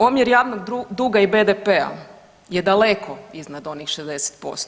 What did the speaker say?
Omjer javnog duga i BDP-a je daleko iznad onih 60%